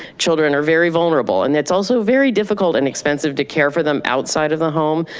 children are very vulnerable, and it's also very difficult and expensive to care for them outside of the home.